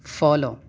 follow